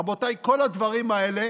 רבותיי, כל הדברים האלה